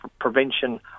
prevention